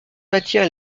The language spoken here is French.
matières